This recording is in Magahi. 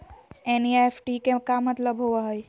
एन.ई.एफ.टी के का मतलव होव हई?